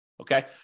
Okay